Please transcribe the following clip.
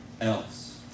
else